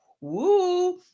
Woo